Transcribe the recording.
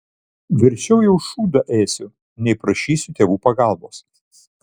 verčiau jau šūdą ėsiu nei prašysiu tėvų pagalbos